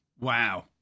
Wow